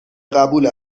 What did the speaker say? قبول